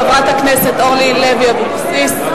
חברת הכנסת אורלי לוי אבקסיס.